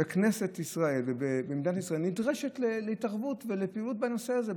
שכנסת ישראל ומדינת ישראל נדרשות להתערבות ולפעילות בנושא הזה,